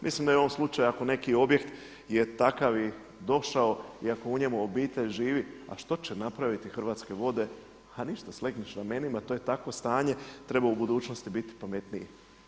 Mislim da je u ovom slučaju ako je neki objekt je takav i došao i ako u njemu obitelj živi a što će napraviti Hrvatske vode, a ništa, slegneš ramenima, to je takvo stanje, treba u budućnosti biti pametniji.